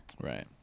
Right